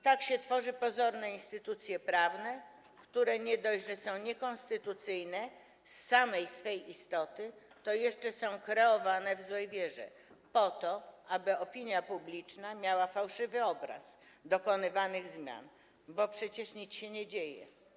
Tak się tworzy pozorne instytucje prawne, które nie dość, że są niekonstytucyjne z samej swej istoty, to jeszcze są kreowane w złej wierze po to, aby opinia publiczna miała fałszywy obraz dokonywanych zmian, bo przecież nic się nie dzieje.